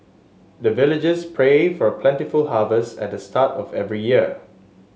the villagers pray for plentiful harvest at the start of every year